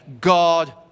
God